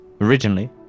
Originally